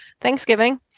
Thanksgiving